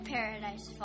Paradise